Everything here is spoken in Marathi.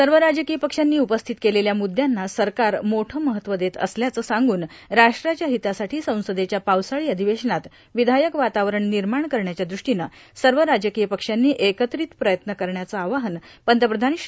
सर्व राजकीय पक्षांनी उपस्थित केलेल्या मुद्यांना सरकार मोठं महत्तव देत असल्याचं सांगून राष्ट्राच्या हितासाठी संसदेच्या पावसाळी अधिवेश्नात विषायक वातावरण निर्माण करण्याच्या दष्टीनं सर्व राजकीय पक्षांनी एकत्रित प्रयत्न करण्याचं आवाहन पंतप्रधान श्री